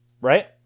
Right